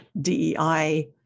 DEI